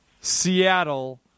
Seattle